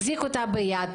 החזיק אותה ביד,